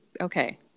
okay